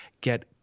get